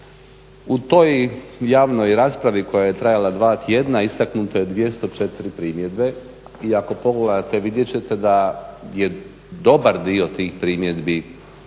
U toj javnoj raspravi koja je trajala dva tjedna istaknuto je 204 primjedbe i ako pogledate vidjet ćete da je dobar dio tih primjedbi